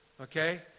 Okay